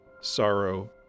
sorrow